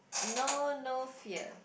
know no fear